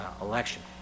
election